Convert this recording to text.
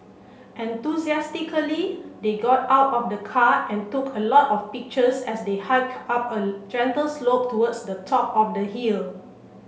enthusiastically they got out of the car and took a lot of pictures as they hiked up a gentle slope towards the top of the hill